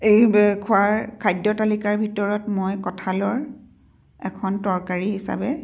খোৱা খাদ্যৰ তালিকাৰ ভিতৰত মই কঁঠালৰ এখন তৰকাৰী হিচাপে